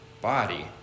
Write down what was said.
body